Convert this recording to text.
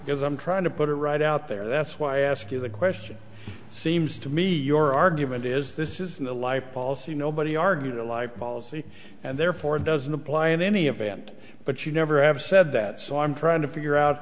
because i'm trying to put it right out there that's why i ask you the question seems to me your argument is this is the life policy nobody argued a life policy and therefore it doesn't apply in any event but you never have said that so i'm trying to figure out